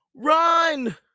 Run